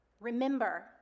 Remember